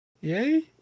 Yay